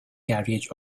carriage